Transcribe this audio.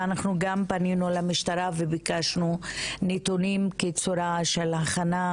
אנחנו גם פנינו למשטרה וביקשנו נתונים לקבל צורה והכנה,